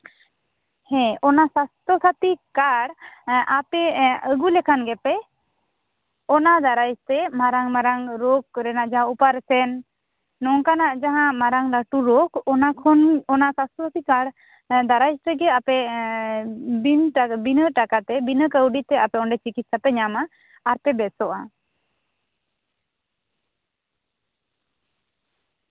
ᱦᱮᱸ ᱚᱱᱟ ᱥᱟᱥᱛᱷᱚᱥᱟᱛᱷᱤ ᱠᱟᱨᱰ ᱮᱸᱜ ᱟᱯᱮ ᱮᱸᱜ ᱟᱜᱩ ᱞᱮᱠᱷᱟᱱ ᱜᱮᱯᱮ ᱚᱱᱟ ᱫᱟᱨᱟᱭ ᱛᱮ ᱢᱟᱨᱟᱝᱼᱢᱟᱨᱟᱝ ᱨᱳᱜᱽ ᱠᱚᱨᱮᱱᱟᱜ ᱡᱟᱦᱟᱸ ᱚᱯᱟᱨᱮᱥᱚᱱ ᱱᱚᱝᱠᱟᱱᱟᱜ ᱡᱟᱦᱟᱸ ᱢᱟᱨᱟᱝ ᱞᱟᱴᱩ ᱨᱳᱜᱽ ᱚᱱᱟ ᱥᱟᱥᱛᱷᱚᱥᱟᱛᱷᱤ ᱠᱟᱨᱰ ᱮᱸᱜ ᱫᱟᱨᱟᱭ ᱛᱮᱜᱮ ᱟᱯᱮ ᱮᱸᱜ ᱵᱤᱱ ᱴᱟᱠᱟ ᱛᱮ ᱵᱤᱱᱟᱹ ᱴᱟᱠᱟ ᱛᱮ ᱵᱤᱱᱟᱹ ᱠᱟ ᱣᱰᱤ ᱛᱮ ᱟᱯᱮ ᱚᱸᱰᱮ ᱪᱤᱠᱤᱛᱥᱟ ᱯᱮ ᱧᱟᱢᱟ ᱟᱨ ᱯᱮ ᱵᱮᱥᱚᱜᱼᱟ